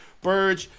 Burge